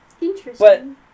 Interesting